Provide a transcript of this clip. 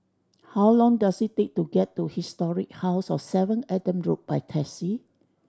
how long does it take to get to Historic House of seven Adam Road by taxi